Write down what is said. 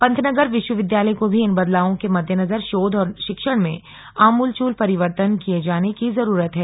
पंतनगर विश्वविद्यालय को भी इन बदलावों के मद्देनजर शोध और शिक्षण में आमूलचूल परिवर्तन किये जाने की जरूरत है